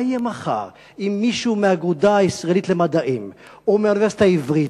מה יהיה מחר אם מישהו מהאגודה הישראלית למדעים או מהאוניברסיטה העברית,